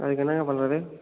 அதுக்கு என்னங்க பண்ணுறது